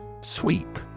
Sweep